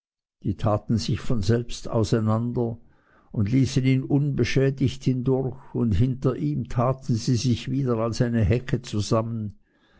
die taten sich von selbst auseinander und ließen ihn unbeschädigt hindurch und hinter ihm taten sie sich wieder als eine hecke zusammen